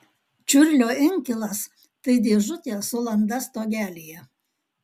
čiurlio inkilas tai dėžutė su landa stogelyje